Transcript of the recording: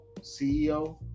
CEO